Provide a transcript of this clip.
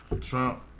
Trump